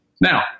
Now